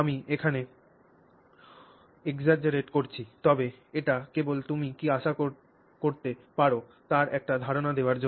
আমি এখানে অতিরঞ্জিত করছি তবে এটি কেবল তুমি কী আশা করতে পার তার একটি ধারণা দেওয়ার জন্য